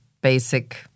basic